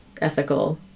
ethical